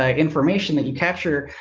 ah information that you capture,